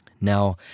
Now